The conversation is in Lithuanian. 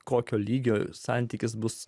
kokio lygio santykis bus